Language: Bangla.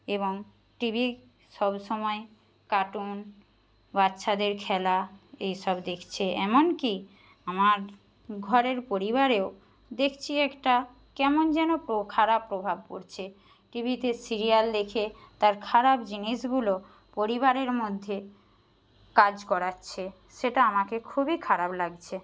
এবং টিভি সবসময় কার্টুন বাচ্চাদের খেলা এই সব দেখছে এমনকি আমার ঘরের পরিবারেও দেখছি একটা কেমন যেন খারাপ প্রভাব পড়ছে টিভিতে সিরিয়াল দেখে তার খারাপ জিনিসগুলো পরিবারের মধ্যে কাজ করাচ্ছে সেটা আমাকে খুবই খারাপ লাগছে